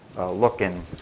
looking